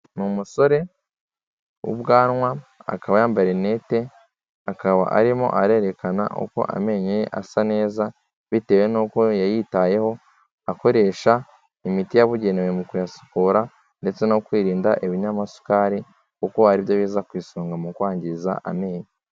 Ni umusore w'ubwanwa akaba yambaye rinete, akaba arimo arerekana uko amenyo ye asa neza bitewe n'uko we yayitayeho akoresha imiti yabugenewe mu kuyasukura ndetse no kwirinda ibinyamasukari, kuko ari byo biza ku isonga mu kwangiza amenyo.